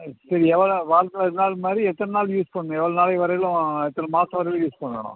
ஆ சரி எவ்வளோ வாரத்தில் ரெண்டு நாள் மாதிரி எத்தனை நாள் யூஸ் பண்ணும் எவ்வளோ நாள் வரையிலும் எத்தனை மாசம் வரையிலும் யூஸ் பண்ணணும்